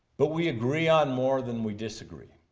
but we agree on more than we disagree.